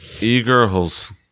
e-girls